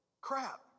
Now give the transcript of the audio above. crap